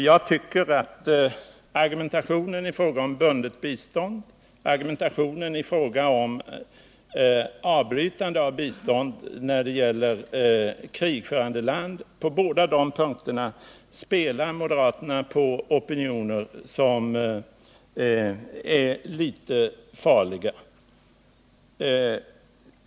Jag tycker att moderaterna både när det gäller bundet bistånd och när det gäller frågan om avbrytande av bistånd till krigförande land spelar på opinioner som ärlitet farliga.